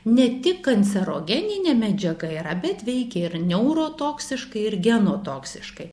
ne tik kancerogeninė medžiaga yra bet veikia ir neurotoksiškai ir genotoksiškai